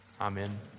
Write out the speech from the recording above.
Amen